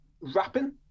rapping